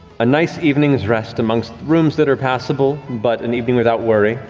a nice evening's rest amongst rooms that are passable, but an evening without worry.